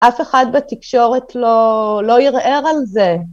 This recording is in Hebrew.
אף אחד בתקשורת לא ערער על זה.